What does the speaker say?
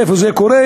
איפה זה קורה?